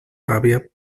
gàbia